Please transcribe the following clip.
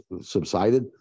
subsided